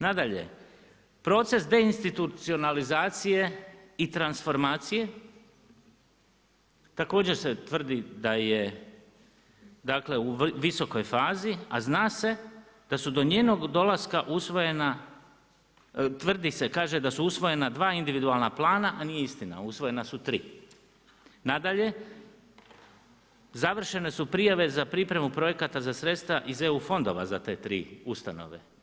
Nadalje, proces deinstitucionalizacije i transformacije, također se tvrdi da je dakle, u visokoj fazi, a zna se da su do njenog dolaska usvojena, tvrdi se, kaže da su usvojena 2 individualna plana, a nije istina, usvojena su 3. Nadalje, završene su prijave za pripremu projekta za sredstva iz EU fondova za te 3 ustanove.